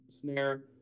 snare